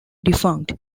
defunct